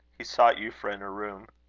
he sought euphra in her room.